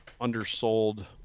undersold